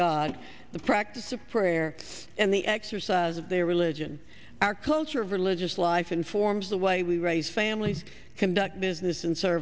god the practice of prayer and the exercise of their religion our culture of religious life informs the way we raise families conduct business and serve